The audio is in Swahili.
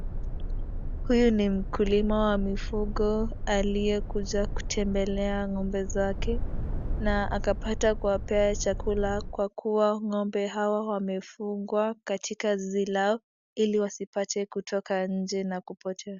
Huyu ni mkulima wa mifugo aliyekuja kutembelea ng'ombe wake, na akapata kuwapea chakula kwa kuwa ng'ombe hawa wamefungwa katika zizi lao, ili wasipate kutoka nje na kupotea.